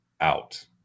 out